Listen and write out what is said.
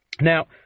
now